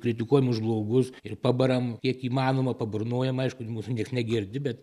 kritikuojam už blogus ir pabaram kiek įmanoma paburnojam aišku mūsų nieks negirdi bet